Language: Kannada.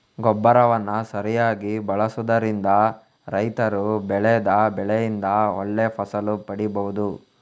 ಗೊಬ್ಬರವನ್ನ ಸರಿಯಾಗಿ ಬಳಸುದರಿಂದ ರೈತರು ಬೆಳೆದ ಬೆಳೆಯಿಂದ ಒಳ್ಳೆ ಫಸಲು ಪಡೀಬಹುದು